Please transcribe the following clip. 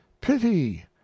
pity